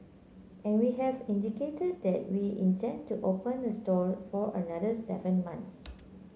and we have indicated that we intend to open the store for another seven months